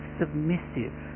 submissive